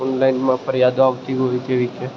ઓનલાઈનમાં ફરિયાદો આવતી હોય જેવી કે